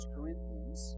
Corinthians